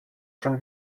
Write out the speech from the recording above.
schon